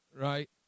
right